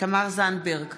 תמר זנדברג,